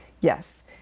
Yes